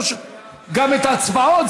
גם את ההצבעות.